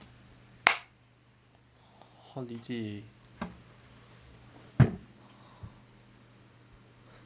holiday